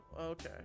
okay